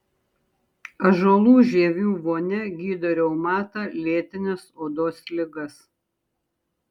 ąžuolų žievių vonia gydo reumatą lėtines odos ligas